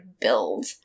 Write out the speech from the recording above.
build